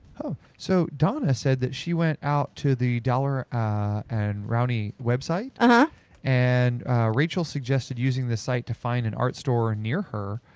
oh. so donna said that she went out to the daler and rowney website. ah and rachel suggested using the site to find an art store and near her.